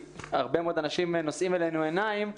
הרבה מאוד אנשים נושאים אלינו עיניים,